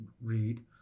read